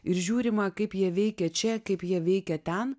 ir žiūrima kaip jie veikia čia kaip jie veikia ten